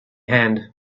hand